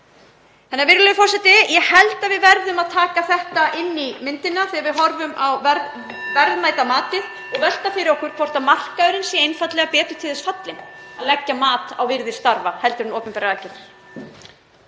Virðulegur forseti. Ég held að við verðum að taka þetta inn í myndina þegar við horfum á verðmætamatið og velta fyrir okkur hvort markaðurinn sé einfaldlega betur til þess fallinn að leggja mat á virði starfa en opinberar